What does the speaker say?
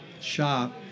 shop